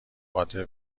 قادر